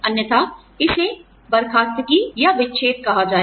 अन्यथा इसे बरखास्तगीया विच्छेद कहा जाएगा